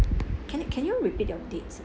can you can you repeat your dates